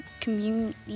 Community